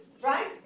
Right